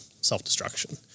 Self-Destruction